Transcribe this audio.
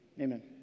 Amen